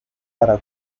para